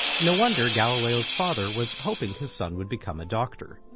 no wonder galileo's father was hoping his son would become a doctor.